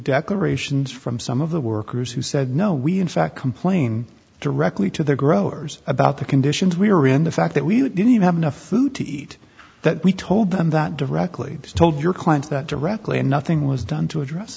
declarations from some of the workers who said no we in fact complain directly to the growers about the conditions we were in the fact that we didn't have enough food to eat that we told them that directly told your clients that directly and nothing was done to address